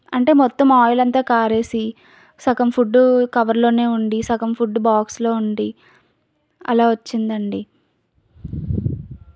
అంటే మొత్తం ఆయిల్ అంత కారి సగం ఫుడ్ కవర్లో ఉండి సగం ఫుడ్ బాక్స్లో ఉండి అలా వచ్చింది అండి